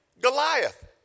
Goliath